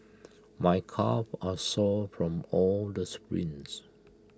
my calves are sore from all the sprints